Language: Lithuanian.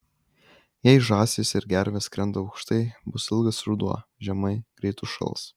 jei žąsys ir gervės skrenda aukštai bus ilgas ruduo žemai greit užšals